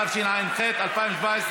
התשע"ח 2017,